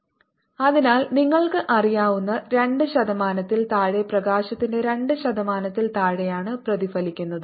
832 ≅1270 അതിനാൽ നിങ്ങൾക്ക് അറിയാവുന്ന 2 ശതമാനത്തിൽ താഴെ പ്രകാശത്തിന്റെ 2 ശതമാനത്തിൽ താഴെയാണ് പ്രതിഫലിക്കുന്നത്